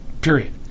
Period